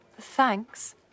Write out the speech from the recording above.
Thanks